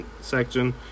section